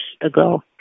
ago